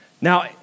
Now